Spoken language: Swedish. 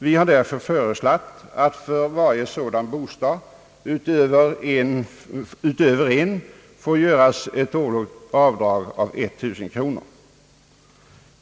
Vi har därför föreslagit att för varje sådan bostad utöver en får göras ett årligt avdrag med 1000 kronor.